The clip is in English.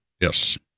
Yes